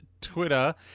Twitter